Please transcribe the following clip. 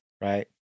right